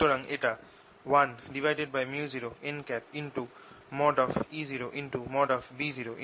সুতরাং এটাকে 1µ0nE0